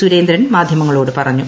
സുരേന്ദ്രൻ മാധ്യമങ്ങളോട് പറഞ്ഞു